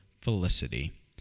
Felicity